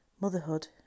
Motherhood